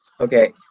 Okay